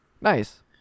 Nice